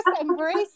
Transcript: embrace